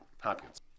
Hopkins